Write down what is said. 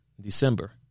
December